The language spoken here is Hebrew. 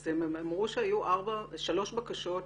אז הם אמרו שהיו שלוש בקשות,